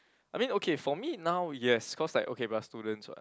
I mean okay for me now yes cause like okay we are students [what]